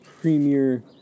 premier